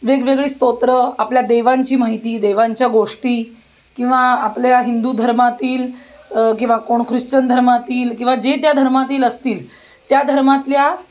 वेगवेगळी स्तोत्रं आपल्या देवांची माहिती देवांच्या गोष्टी किंवा आपल्या हिंदू धर्मातील किंवा कोण ख्रिश्चन धर्मातील किंवा जे त्या धर्मातील असतील त्या धर्मातल्या